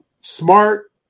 Smart